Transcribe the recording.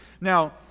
Now